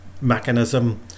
mechanism